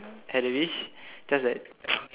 had a wish just that